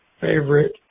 favorite